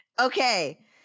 Okay